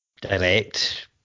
direct